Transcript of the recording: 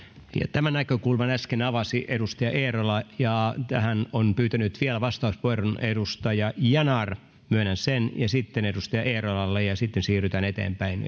tämän näkökulman äsken avasi edustaja eerola ja tähän on pyytänyt vielä vastauspuheenvuoron edustaja yanar myönnän sen ja sitten edustaja eerolalle ja ja sitten siirrytään eteenpäin